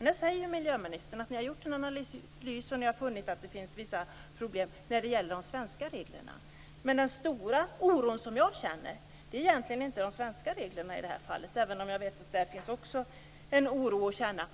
Nu säger miljöministern att det har gjorts en analys och att det finns problem i fråga om de svenska reglerna. Den stora oron känner jag inte för de svenska reglerna. Jag känner störst oro för länderna